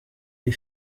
iyi